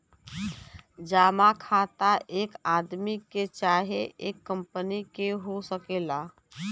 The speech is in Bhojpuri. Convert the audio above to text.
जमा खाता एक आदमी के चाहे एक कंपनी के हो सकेला